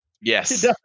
yes